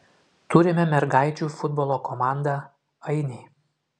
turime mergaičių futbolo komandą ainiai